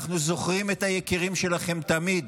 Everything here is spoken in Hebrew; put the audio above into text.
אנחנו זוכרים את היקירים שלכם תמיד.